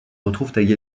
retrouvaient